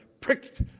pricked